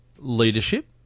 leadership